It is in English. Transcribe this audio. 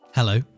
Hello